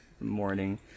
morning